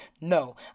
No